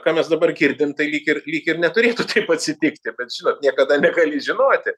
ką mes dabar girdim tai lyg ir lyg ir neturėtų taip atsitikti bet žinot niekada negali žinoti